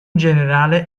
generale